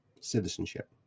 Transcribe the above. citizenship